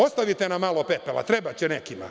Ostavite nam malo pepela, trebaće nekima.